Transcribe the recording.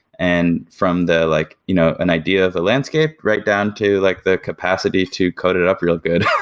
and from the like you know an idea of the landscape, right down to like the capacity to code it up real good.